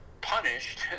punished